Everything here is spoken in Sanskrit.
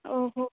ओहो